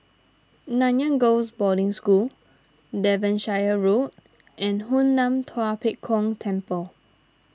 Nanyang Girls' Boarding School Devonshire Road and Hoon Lam Tua Pek Kong Temple